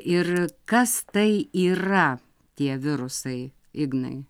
ir kas tai yra tie virusai ignai